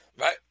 Right